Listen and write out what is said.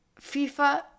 FIFA